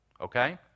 okay